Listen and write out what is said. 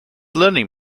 learning